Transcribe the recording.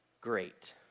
great